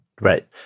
Right